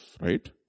Right